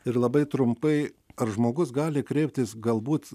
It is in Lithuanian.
ir labai trumpai ar žmogus gali kreiptis galbūt